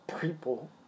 people